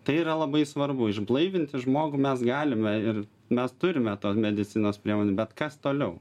tai yra labai svarbu išblaivinti žmogų mes galime ir mes turime to medicinos priemonių bet kas toliau